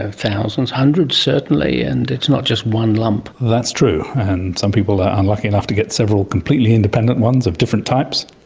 thousands, hundreds certainly, and it's not just one lump. that's true, and some people are unlucky enough to get several completely independent ones of different types,